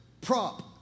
prop